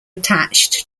attached